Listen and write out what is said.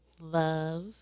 Love